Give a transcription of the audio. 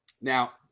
Now